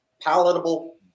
palatable